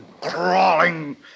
crawling